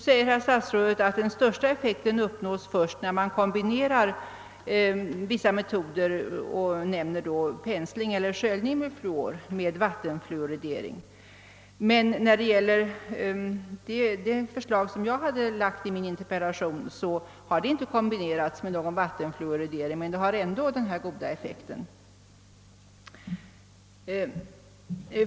Statsrådet säger att den största effekten uppnås först vid kombination av vissa metoder med vattenfluoridering och nämner pensling eler sköljning med fluoriderat vatten. Den metod som nämns i min interpellation har inte kombinerats med någon vattenfluoridering men den har ändå denna goda effekt.